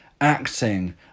acting